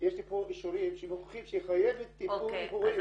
יש לי פה אישורים שמוכיחים שהיא חייבת טיפול רפואי דחוף.